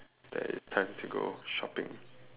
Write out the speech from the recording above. it's time to go shopping